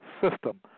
system